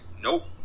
nope